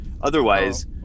Otherwise